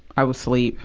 i was sleep.